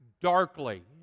darkly